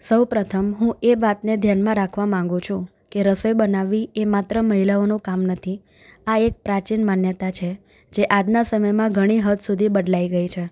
સૌપ્રથમ હું એ વાતને ધ્યાનમાં રાખવા માંગું છું કે રસોઈ બનાવવી એ માત્ર મહિલાઓનું કામ નથી આ એક પ્રાચીન માન્યતા છે જે આજના સમયમાં ઘણી હદ સુધી બદલાઈ ગઈ છે